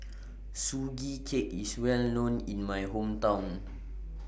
Sugee Cake IS Well known in My Hometown